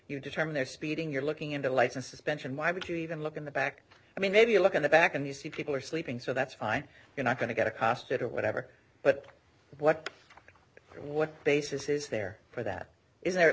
you determine they're speeding you're looking into license suspension why would you even look in the back i mean maybe you look in the back and you see people are sleeping so that's fine you're not going to get accosted whatever but what what basis is there for that is there at